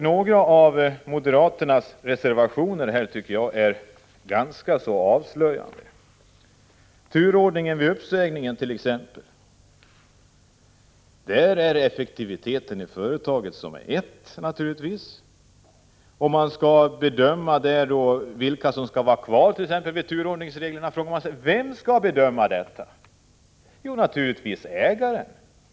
Några av moderaternas reservationer är ganska avslöjande, t.ex. den som gäller turordningen vid uppsägning. Effektiviteten i företagen framhålls som ett viktigt urvalsinstrument när man skall bedöma vilka som skall vara kvar vid exempelvis permittering. Då vill jag fråga: Vem skall bedöma detta? — Jo, naturligtvis ägaren.